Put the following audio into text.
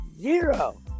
zero